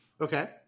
Okay